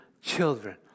children